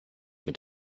mit